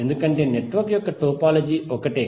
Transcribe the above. ఎందుకంటే నెట్వర్క్ యొక్క టోపోలజీ ఒకటే